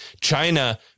China